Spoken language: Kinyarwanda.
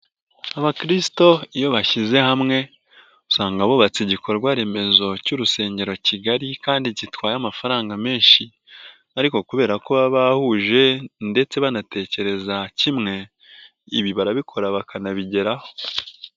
Abakirisito iyo bashyize hamwe usanga bubatse igikorwaremezo cy'urusengero kigari kandi gitwaye amafaranga menshi ariko kubera ko baba bahuje ndetse banatekereza kimwe, ibi barabikora bakanabigeraho.